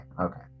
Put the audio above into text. Okay